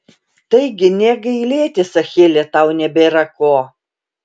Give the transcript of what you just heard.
taigi nė gailėtis achile tau nebėra ko